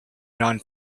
non